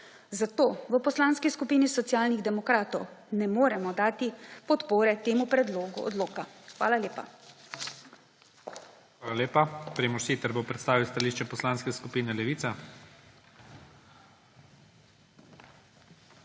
zato v Poslanski skupini Socialnih demokratov ne moremo dati podpore temu predlogu odloka. Hvala lepa. PREDSEDNIK IGOR ZORČIČ: Hvala lepa. Primož Siter bo predstavil stališče Poslanske skupine Levica.